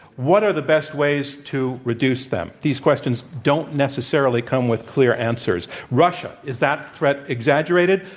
what are the best ways to reduce them? these questions don't necessarily come with clear answers. russia is that threat exaggerated?